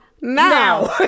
Now